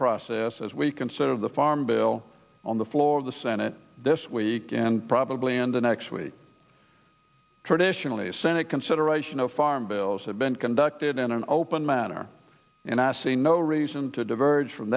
process as we consider the farm bill on the floor of the senate this week and probably in the next week traditionally the senate consideration of farm bills have been conducted in an open manner and i see no reason to diverge from